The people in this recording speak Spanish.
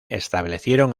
establecieron